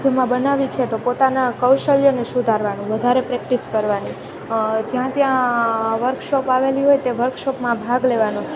માધ્યમમાં બનાવી છે તો પોતાના કૌશલ્યને સુધારવાનો વધારે પ્રેક્ટીસ કરવાની જ્યાં ત્યાં વર્કશોપ આવેલી હોય તે વર્કશોપમાં ભાગ લેવાનો